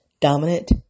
Dominant